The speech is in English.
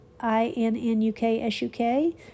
I-N-N-U-K-S-U-K